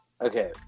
Okay